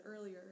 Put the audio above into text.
earlier